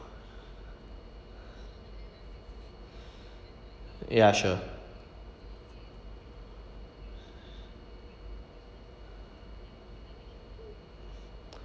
ya sure